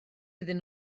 iddyn